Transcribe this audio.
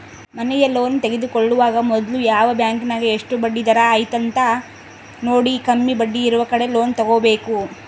ಮನೆಯ ಲೋನ್ ತೆಗೆದುಕೊಳ್ಳುವಾಗ ಮೊದ್ಲು ಯಾವ ಬ್ಯಾಂಕಿನಗ ಎಷ್ಟು ಬಡ್ಡಿದರ ಐತೆಂತ ನೋಡಿ, ಕಮ್ಮಿ ಬಡ್ಡಿಯಿರುವ ಕಡೆ ಲೋನ್ ತಗೊಬೇಕು